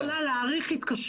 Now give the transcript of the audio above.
אני לא יכולה להאריך התקשרות,